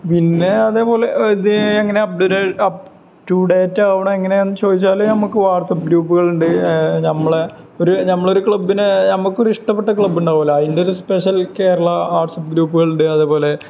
പിന്നെ അതേ പോലെ ഇത് എങ്ങനെ അപ്ഡേറ്റ് അപ്പ് റ്റു ഡേറ്റാവുന്നത് എങ്ങനെയെന്ന് ചോദിച്ചാൽ നമുക്ക് വാട്സപ്പ് ഗ്രൂപ്പുകളുണ്ട് നമ്മളെ ഒരു ക്ലബിനെ നമ്മള്ക്കിഷ്ടപ്പെട്ടൊരു ക്ലബ്ബുണ്ടാകുമല്ലോ അതിന്റെ ഒരു സ്പെഷ്യൽ കേരള വാട്സപ്പ് ഗ്രൂപ്പുകളുണ്ട് അതേ പോലെ